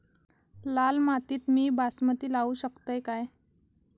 लाल मातीत मी बासमती लावू शकतय काय?